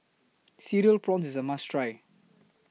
Cereal Prawns IS A must Try